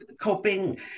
coping